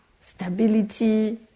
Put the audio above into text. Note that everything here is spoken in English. stability